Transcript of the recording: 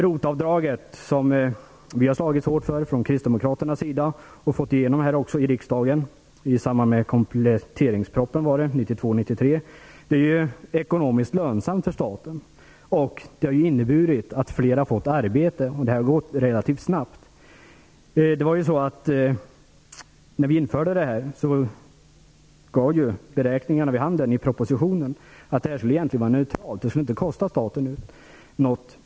ROT-avdraget har vi från kristdemokraternas sida slagits hårt för, och i samband med kompletteringspropositionen 1992/93 fick vi igenom det här i riksdagen. ROT-avdraget är ekonomiskt lönsamt för staten. Det har inneburit att fler fått arbete. Och det har gått relativt snabbt. Vid ROT avdragets införande gav beräkningarna i propositionen vid handen att detta skulle vara neutralt så till vida att det inte skulle kosta staten något.